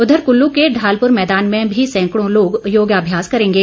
उधर कल्लू के ढालप्र मैदान में भी सैंकड़ों लोग योगाभ्यास करेंगे